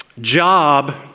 job